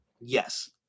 Yes